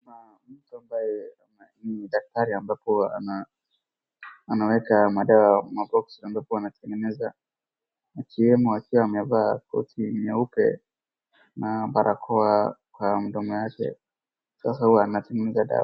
Kuna mtu ambaye ni daktari ambapo anaweka madawa maboksi ambapo wanatengeneza, akiwemo akiwa amevaa koti nyeupe na barakoa kwa mdomo yake, sasa huyu anatengeneza dawa.